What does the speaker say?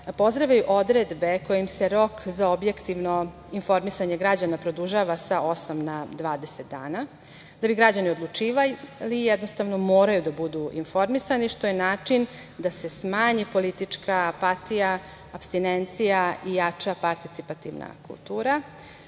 pozdravljaju odredbe kojima se rok za objektivno informisanje građana produžava sa osam na 20 dana. Da bi građani odlučivali jednostavno moraju da budu informisani, što je način da se smanji politička apatija, apstinencija i jača participativna kultura.